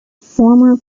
former